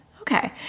Okay